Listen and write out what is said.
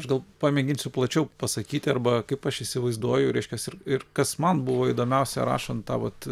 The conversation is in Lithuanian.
aš gal pamėginsiu plačiau pasakyti arba kaip aš įsivaizduoju reiškiasi ir ir kas man buvo įdomiausia rašant tą vat